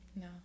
No